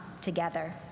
together